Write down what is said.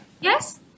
Yes